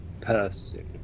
person